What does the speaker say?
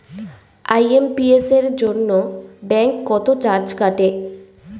IMPS এর জন্য bank কত চার্জ কাটে?